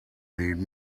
need